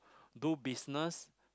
do business